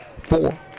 four